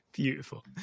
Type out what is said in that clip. Beautiful